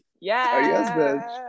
yes